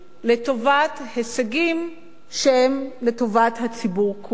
לטובת הישגים שהם לטובת הציבור כולו.